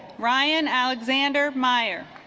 ryan alexander mayer